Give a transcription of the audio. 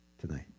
tonight